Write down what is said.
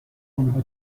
آنها